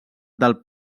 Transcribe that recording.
del